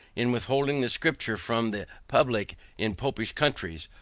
in withholding the scripture from the public in popish countries.